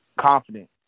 confident